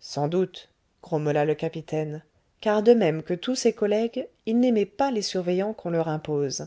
sans doute grommela le capitaine car de même que tous ses collègues il n'aimait pas les surveillants qu'on leur impose